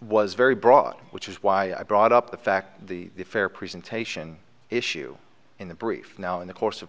was very broad which is why i brought up the fact the fair presentation issue in the brief now in the course of